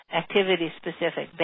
activity-specific